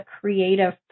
creative